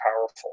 powerful